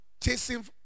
chasing